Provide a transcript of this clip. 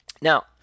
Now